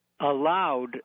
allowed